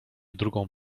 drugą